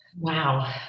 Wow